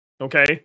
okay